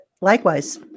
likewise